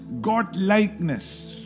God-likeness